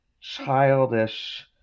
childish